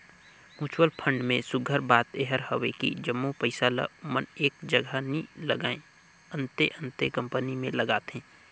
mutual fund में सुग्घर बात एहर हवे कि जम्मो पइसा ल ओमन एक जगहा नी लगाएं, अन्ते अन्ते कंपनी में लगाथें